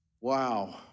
Wow